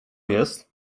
jest